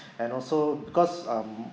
and also because um